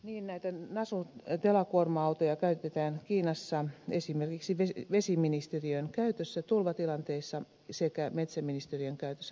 niin näitä nasu telakuorma autoja käytetään kiinassa esimerkiksi vesiministeriön käytössä tulvatilanteissa sekä metsäministeriön käytössä metsäpaloissa